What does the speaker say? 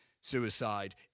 suicide